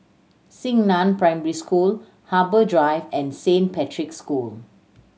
Xingnan Primary School Harbour Drive and Saint Patrick's School